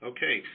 Okay